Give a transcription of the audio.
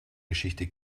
geschichte